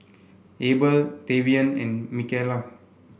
Abel Tavian and Micayla